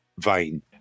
vain